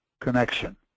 connection